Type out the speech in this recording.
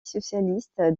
socialiste